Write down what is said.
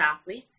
athletes